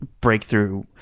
breakthrough